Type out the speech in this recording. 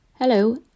Hello